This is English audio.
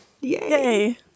Yay